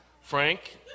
Frank